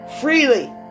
Freely